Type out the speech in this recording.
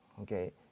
okay